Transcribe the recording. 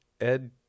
Ed